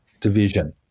division